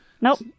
Nope